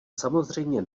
samozřejmě